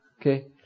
Okay